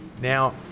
Now